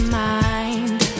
mind